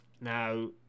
Now